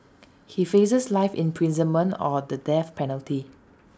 he faces life imprisonment or the death penalty